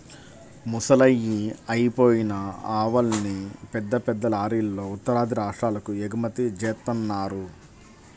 ముసలయ్యి అయిపోయిన ఆవుల్ని పెద్ద పెద్ద లారీలల్లో ఉత్తరాది రాష్ట్రాలకు ఎగుమతి జేత్తన్నారు